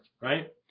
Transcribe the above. right